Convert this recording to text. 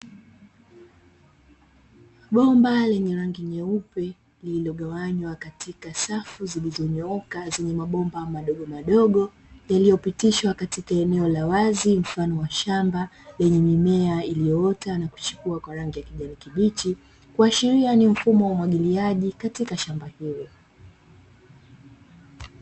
Bomba lenye rangi nyeupe lililogawanywa katika safu zilizonyooka, zenye mabomba madogomadogo yaliyopitishwa katika eneo la wazi mfano wa shamba, lenye mimea iliyoota na kuchipua kwa rangi ya kijani kibichi, kuashiria ni mfumo wa umwagiliaji katika shamba hilo.